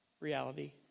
reality